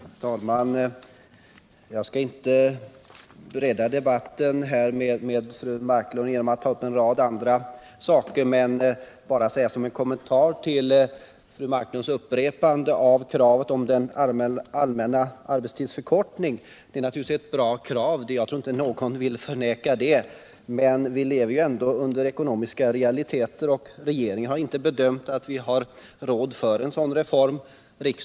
Herr talman! Jag skall inte bredda debatten med fru Marklund genom att ta upp en rad andra saker, men jag vill bara säga som en kommentar till fru Marklunds upprepande av kravet på en allmän arbetstidsförkortning att deta naturligtvis är ett bra krav. Jag tror inte någon vill förneka det. Men vi lever under ekonomiska realiteter, och regeringen har bedömt det så att vi inte har råd med en sådan reform.